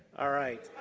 alright.